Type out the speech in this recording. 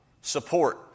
Support